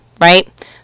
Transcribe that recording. right